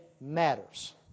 matters